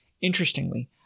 Interestingly